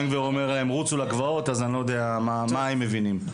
גביר אומר להם רוצו לגבעות אז אני לא יודע מה הם מבינים.